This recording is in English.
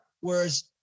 Whereas